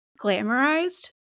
glamorized